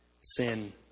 sin